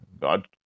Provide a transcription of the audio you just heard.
God